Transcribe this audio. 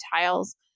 tiles